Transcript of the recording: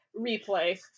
replay